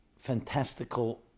fantastical